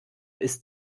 ist